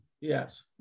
Yes